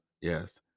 yes